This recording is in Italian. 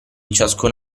ciascun